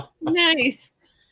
nice